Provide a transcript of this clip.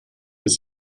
ist